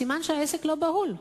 סימן שהעסק לא בהול.